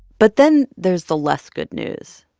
but then there's the less good news,